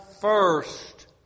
first